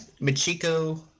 Michiko